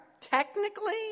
technically